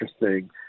interesting